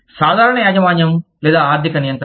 సాధారణ యాజమాన్యం లేదా ఆర్థిక నియంత్రణ